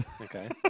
Okay